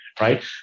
right